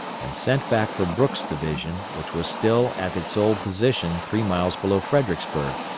and sent back for brooks' division, which was still at its old position three miles below fredericksburg,